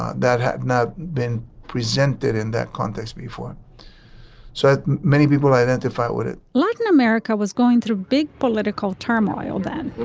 ah that have not been presented in that context before so many people identify with it latin america was going through big political turmoil that